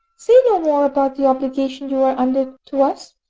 say no more about the obligation you are under to us.